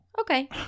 Okay